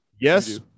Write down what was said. Yes